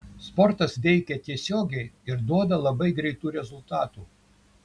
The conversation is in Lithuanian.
sportas veikia tiesiogiai ir duoda labai greitų rezultatų